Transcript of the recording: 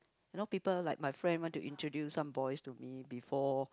you know people like my friend want to introduce some boys to me before